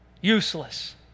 useless